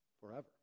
forever